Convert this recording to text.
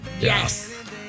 Yes